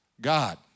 God